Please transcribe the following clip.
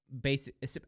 basic